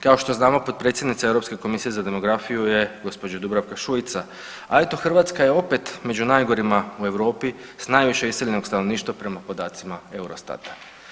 Kao što znamo potpredsjednica Europske komisije za demografiju je gđa. Dubravka Šuica, a eto Hrvatska je opet među najgorima u Europi s najviše iseljenog stanovništva prema podacima eurostata.